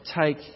take